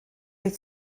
wyt